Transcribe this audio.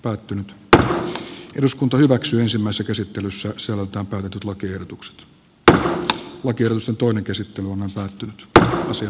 päättynyt että eduskunta hyväksyy ensimmäiset esittelyssä sanotaan nyt lakiehdotukset tämän oikeusjutun käsittely on saatu pääosin